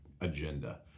agenda